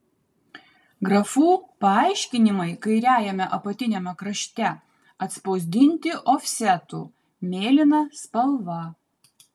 grafų paaiškinimai kairiajame apatiniame krašte atspausdinti ofsetu mėlyna spalva